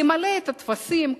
למלא את הטפסים.